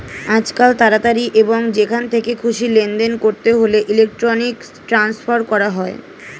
আজকাল তাড়াতাড়ি এবং যেখান থেকে খুশি লেনদেন করতে হলে ইলেক্ট্রনিক ট্রান্সফার করা হয়